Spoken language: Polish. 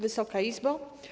Wysoka Izbo!